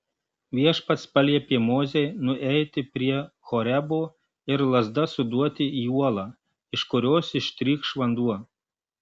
viešpats paliepė mozei nueiti prie horebo ir lazda suduoti į uolą iš kurios ištrykš vanduo